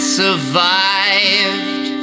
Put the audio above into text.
survived